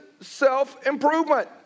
self-improvement